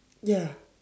ya